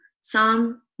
Psalm